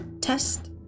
test